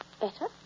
better